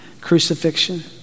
crucifixion